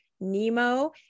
Nemo